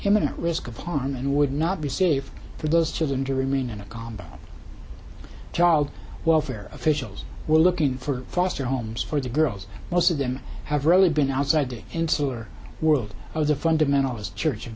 imminent risk of harm and would not be safe for those children to remain in a combat child welfare officials were looking for foster homes for the girls most of them have rarely been outside the insular world of the fundamentalist church of